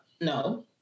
no